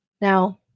Now